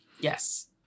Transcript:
Yes